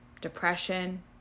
depression